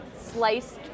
sliced